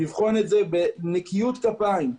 לבחון את זה בנקיות כפיים.